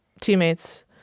teammates